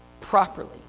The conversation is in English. properly